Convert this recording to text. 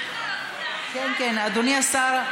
אדוני השר,